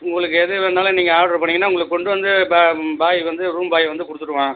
உங்களுக்கு எது வேணுனாலும் நீங்கள் ஆட்ரு பண்ணிங்கன்னா உங்களுக்கு கொண்டு வந்து பா பாய் வந்து ரூம் பாய் வந்து கொடுத்துடுவான்